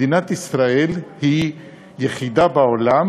למה מדינת ישראל היא יחידה בעולם?